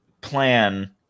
plan